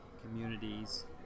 communities